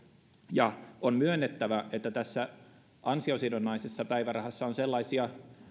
ja on myönnettävä että ansiosidonnaisessa päivärahassa on sellaisia